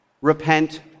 Repent